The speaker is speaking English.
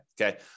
Okay